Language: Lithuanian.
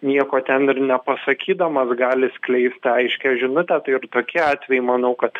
nieko ten ir nepasakydamas gali skleisti aiškią žinutę tai ir tokie atvejai manau kad